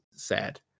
sad